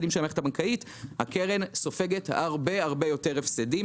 הקרן סופגת הרבה יותר הפסדים.